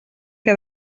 que